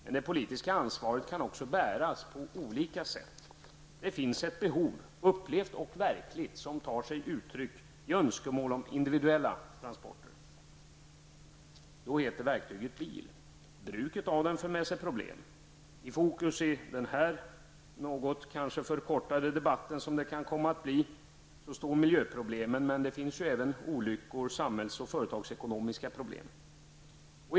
Men det politiska ansvaret kan också bäras på olika sätt. Det finns ett behov -- upplevt och verkligt -- som tar sig uttryck i önskemål om individuella transporter. Då heter verktyget bil. Bruket av bil för med sig problem. I fokus för denna debatt står miljöproblemen, men även olyckor och andra samhällsekonomiska och företagsekonomiska problem finns.